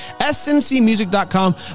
sncmusic.com